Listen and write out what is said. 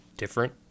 different